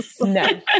no